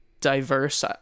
diverse